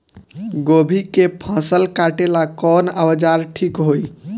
गोभी के फसल काटेला कवन औजार ठीक होई?